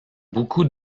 beaucoup